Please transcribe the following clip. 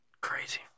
Crazy